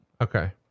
Okay